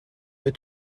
wir